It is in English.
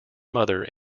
mother